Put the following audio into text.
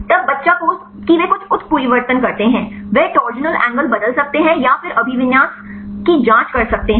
तब बच्चा पोज़ कि वे कुछ उत्परिवर्तन करते हैं वे टॉर्सनल कोण बदल सकते हैं या फिर अभिविन्यास की जांच कर सकते हैं